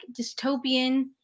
dystopian